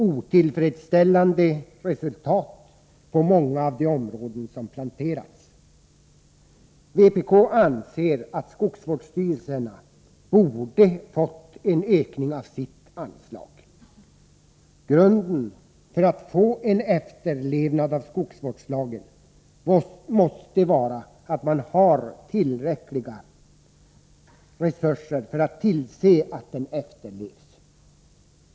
Otillfredsställande resultat på många av de områden som planterats. Vpk anser att skogsvårdsstyrelserna borde ha fått en ökning av sitt anslag. Grunden för att få en efterlevnad av skogsvårdslagen måste vara att man har tillräckliga resurser för att tillse att den efterlevs.